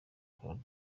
claude